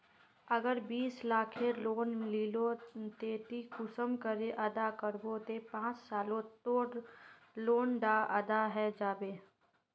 अगर बीस लाखेर लोन लिलो ते ती कुंसम करे अदा करबो ते पाँच सालोत तोर लोन डा अदा है जाबे?